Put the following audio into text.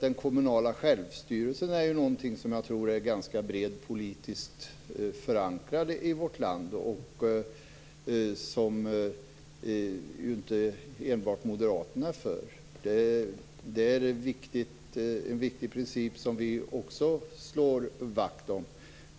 Den kommunala självstyrelsen är någonting som jag tror har en ganska bred politisk förankring i vårt land. Det är inte enbart Moderaterna som är för denna. Det är en viktig princip som vi också slår vakt om.